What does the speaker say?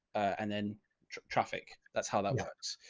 and then traffic. that's how that works.